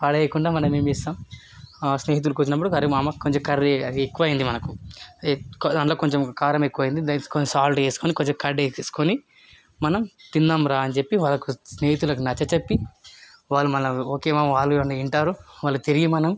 పడేయకుండా మనం ఏం చేస్తాం ఆ స్నేహితులు కూర్చున్నప్పుడు కర్రీ మామ కొంచం కర్రీ అది ఎక్కువైంది మనకు అందులో కొంచం కారం ఎక్కువైంది సాల్ట్ వేస్కోని కొంచం కర్డ్ వేస్కోని మనం తిందాంరా అని చెప్పి వాళ్ళకి స్నేహితులకి నచ్చచెప్పి వాళ్ళు మనలన్నీ ఓకే మామ వాళ్ళు కూడా వింటారు వాళ్ళు తిరిగి మనం